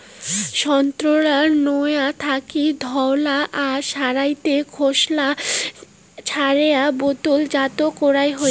সোন্তোরার নোয়া থাকি ধওলা আশ সারাইতে খোসলা ছারেয়া বোতলজাত করাং হই